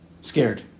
scared